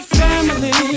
family